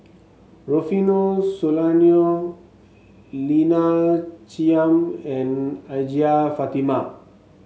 Rufino Soliano Lina Chiam and Hajjah Fatimah